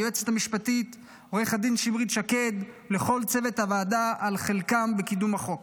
ליועצת המשפטית עו"ד שמרית שקד ולכל צוות הוועדה על חלקם בקידום החוק.